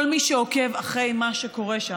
כל מי שעוקב אחרי מה שקורה שם,